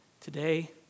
today